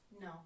No